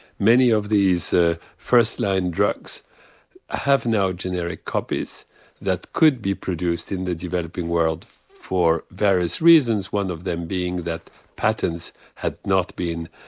many of these ah first line drugs have now generic copies that could be produced in the developing world for various reasons one of them being that patents had not been